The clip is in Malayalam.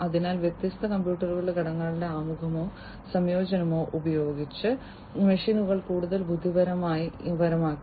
അതിനാൽ വ്യത്യസ്ത കമ്പ്യൂട്ടിംഗ് ഘടകങ്ങളുടെ ആമുഖമോ സംയോജനമോ ഉപയോഗിച്ച് മെഷീനുകൾ കൂടുതൽ ബുദ്ധിപരമാക്കി